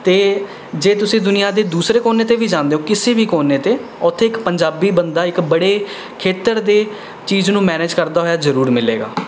ਅਤੇ ਜੇ ਤੁਸੀਂ ਦੁਨੀਆਂ ਦੇ ਦੂਸਰੇ ਕੋਨੇ 'ਤੇ ਵੀ ਜਾਂਦੇ ਹੋ ਕਿਸੇ ਵੀ ਕੋਨੇ 'ਤੇ ਉੱਥੇ ਇੱਕ ਪੰਜਾਬੀ ਬੰਦਾ ਇੱਕ ਬੜੇ ਖੇਤਰ ਦੇ ਚੀਜ਼ ਨੂੰ ਮੈਨੇਜ ਕਰਦਾ ਹੋਇਆ ਜ਼ਰੂਰ ਮਿਲੇਗਾ